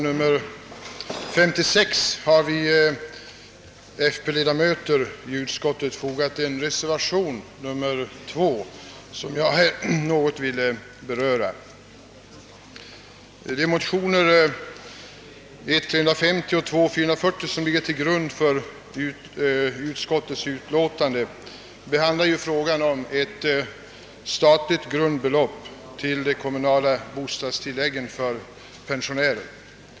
Vi folkpartiledamöter i andra lagutskottet har till förevarande utlåtande fogat en med II betecknad reservation, som jag något vill beröra. tilläggen för pensionärer.